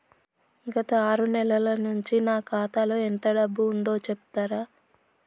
గత ఆరు నెలల నుంచి నా ఖాతా లో ఎంత డబ్బు ఉందో చెప్తరా?